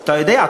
אתה יודע,